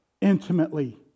intimately